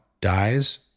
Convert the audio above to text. dies